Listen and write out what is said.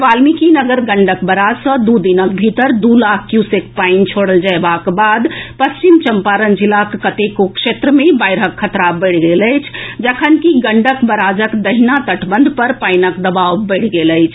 Valmikinagar Gandak barrage सॅ दू दिनक भीतर दू लाख क्यूसेक पानि छोड़ल जएबाक बाद पश्चिम चंपारण जिला के कतेको क्षेत्र मे बाढ़िक खतरा बढ़ि गेल अछि जखनकि गंडक बराजक दहिना तटबंध पर पानिक दबाव बढ़ि गेल अछि